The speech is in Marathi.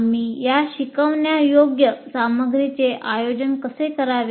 आम्ही या शिकवण्यायोग्य सामग्रीचे आयोजन कसे करावे